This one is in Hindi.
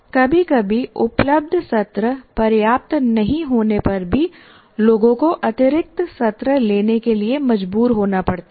कभी कभी उपलब्ध सत्र पर्याप्त नहीं होने पर भी लोगों को अतिरिक्त सत्र लेने के लिए मजबूर होना पड़ता है